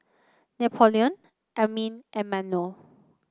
Napoleon Amin and Manuel